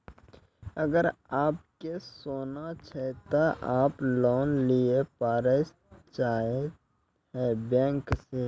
अगर आप के सोना छै ते आप लोन लिए पारे चाहते हैं बैंक से?